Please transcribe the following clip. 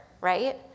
right